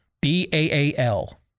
B-A-A-L